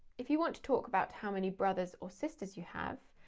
if you want to talk about how many brothers or sisters you have,